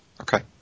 Okay